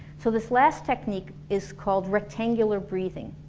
so this last technique is called rectangular breathing